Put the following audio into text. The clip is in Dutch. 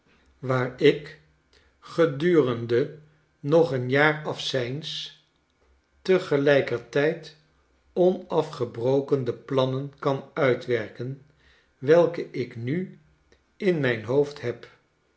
waar ik gedurende nog een jaar afzijns tegelijkertijd onafgebroken de plannen kan uitwerken welke iknu in mijn hoofd heb